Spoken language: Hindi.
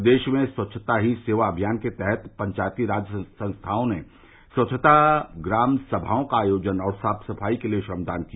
प्रदेश में स्वच्छता ही सेवा अभियान के तहत पंचायती राज संस्थाओं ने स्वच्छता ग्राम समाओं का आयोजन और साफ सफाई के लिए श्रमदान किया